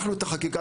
את החקיקה,